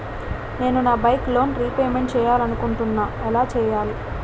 నేను నా bike loan repayment చేయాలనుకుంటున్నా ఎలా చేయాలి?